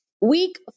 week